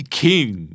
king